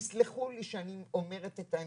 תסלחו לי שאני אומרת את האמת,